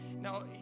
Now